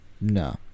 No